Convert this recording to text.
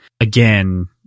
Again